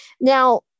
Now